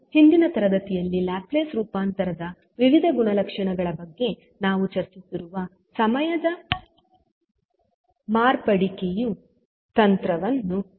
ಈಗ ನಾವು ಹಿಂದಿನ ತರಗತಿಗಳಲ್ಲಿ ಲ್ಯಾಪ್ಲೇಸ್ ರೂಪಾಂತರದ ವಿವಿಧ ಗುಣಲಕ್ಷಣಗಳ ಬಗ್ಗೆ ನಾವು ಚರ್ಚಿಸಿರುವ ಸಮಯದ ಮಾರ್ಪಡಿಕೆಯ ತಂತ್ರವನ್ನು ಬಳಸುತ್ತೇವೆ